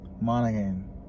Monaghan